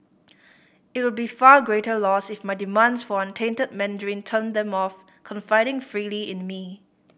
it would be far greater loss if my demands for untainted Mandarin turned them off confiding freely in me